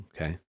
Okay